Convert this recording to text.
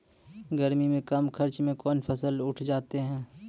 गर्मी मे कम खर्च मे कौन फसल उठ जाते हैं?